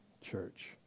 church